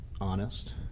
honest